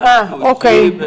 אוקיי.